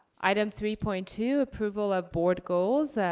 item three point two, approval of board goals.